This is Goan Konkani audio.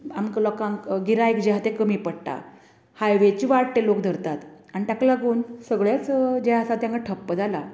आमकां लोकांक गिरायक जें आसा तें कमी पडटा हायवेची वाट ते लोक धरतात आनी ताका लागून सगळेच जें आसा तें हांगा ठप्प जाला